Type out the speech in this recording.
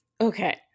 Okay